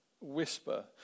whisper